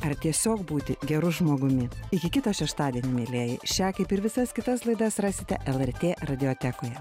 ar tiesiog būti geru žmogumi iki kito šeštadienio mielieji šią kaip ir visas kitas laidas rasite lrt radiotekoje